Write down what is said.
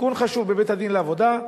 תיקון חשוב בחוק בית-הדין לעבודה,